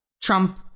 Trump